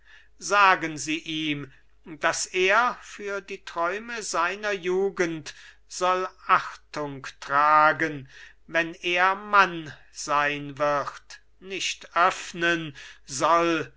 sagen sie ihm daß er für die träume seiner jugend soll achtung tragen wenn er mann sein wird nicht öffnen soll